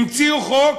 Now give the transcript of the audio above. המציאו חוק